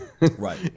Right